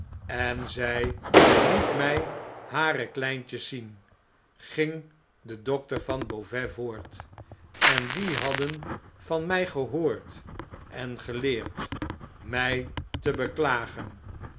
en zy liet mij hare kleintjes zien ging de dokter vanbeauvais voort endiehadden van mij gehoord en geleerd mij te beklagen